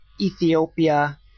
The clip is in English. Ethiopia